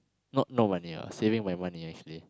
not not money ah saving my money actually